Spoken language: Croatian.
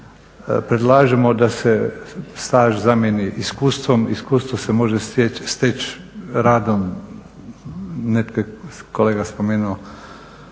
Predlažemo da se staž zamijeni iskustvom, iskustvo se može steći radom, neki je kolega spomenuo